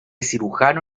cirujano